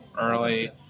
early